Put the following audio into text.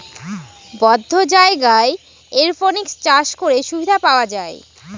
বদ্ধ জায়গায় এরপনিক্স চাষ করে সুবিধা পাওয়া যায়